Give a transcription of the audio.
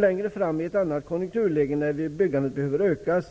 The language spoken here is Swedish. Längre fram i ett annat konjunkturläge när byggandet behöver öka